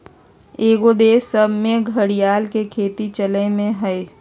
कएगो देश सभ में घरिआर के खेती चलन में हइ